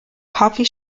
coffee